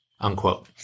unquote